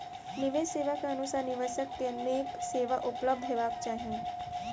निवेश सेवा के अनुसार निवेशक के नीक सेवा उपलब्ध हेबाक चाही